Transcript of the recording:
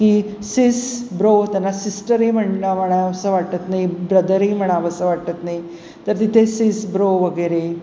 की sis bro होताना सिस्टरही म्हणा म्हणावसं वाटत नाही ब्रदरही म्हणावसं वाटत नाही तर तिथे सीस ब्रो वगैरे